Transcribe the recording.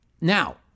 Now